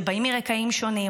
שבאים מרקעים שונים,